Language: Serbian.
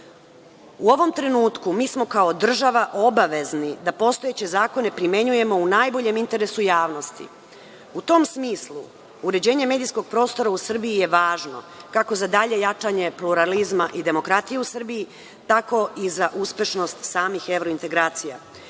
U ovom trenutku mi smo kao država obavezni da postojeće zakone primenjujemo u najboljem interesu javnosti. U tom smislu, uređenje medijskog prostora u Srbiji je važno, kako za dalje jačanje pluralizma i demokratije u Srbiji, tako i za uspešnost samih evrointegracija.